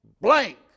blank